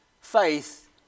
faith